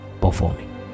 performing